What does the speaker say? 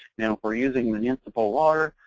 you know if we're using municipal water,